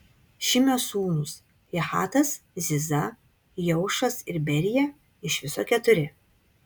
šimio sūnūs jahatas ziza jeušas ir berija iš viso keturi